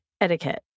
etiquette